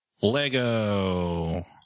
Lego